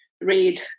read